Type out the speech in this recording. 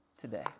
today